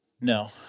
No